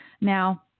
Now